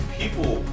people